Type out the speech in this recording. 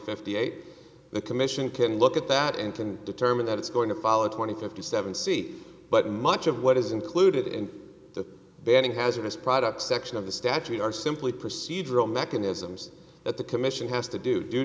fifty eight the commission can look at that and can determine that it's going to follow twenty fifty seven c but much of what is included in banning hazardous products section of the statute are simply procedural mechanisms that the commission has to do due